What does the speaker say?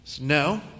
No